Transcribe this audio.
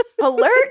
alert